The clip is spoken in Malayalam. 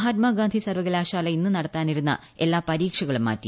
മഹാത്മാഗാന്ധി സർവ്വകലാശാല ഇന്ന് നടത്താനിരുന്ന എല്ലാ പരീക്ഷകളും മാറ്റി